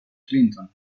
clinton